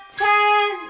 ten